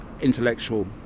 intellectual